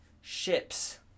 Ship's